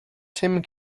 tim